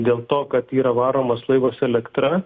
dėl to kad yra varomas laivas elektra